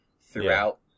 throughout